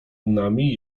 nami